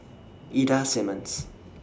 Ida Simmons